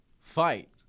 fight